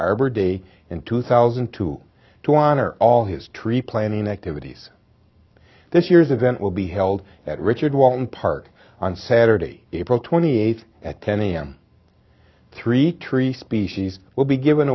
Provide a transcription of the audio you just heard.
arbor day in two thousand and two to honor all history planning activities this year's event will be held at richard walton park on saturday april twenty eighth at ten am three tree species will be given